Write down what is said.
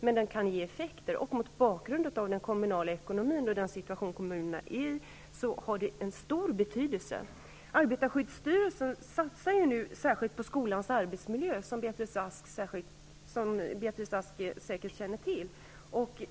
Men den kan ge effekter, och mot bakgrund av den ekonomiska situation som kommunerna befinner sig i har det stor betydelse. Arbetarskyddsstyrelsen satsar nu särskilt på skolans arbetsmiljö, som Beatrice Ask säkert känner till.